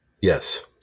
Yes